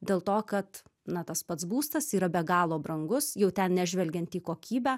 dėl to kad na tas pats būstas yra be galo brangus jau ten nežvelgiant į kokybę